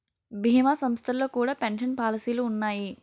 భీమా సంస్థల్లో కూడా పెన్షన్ పాలసీలు ఉన్నాయి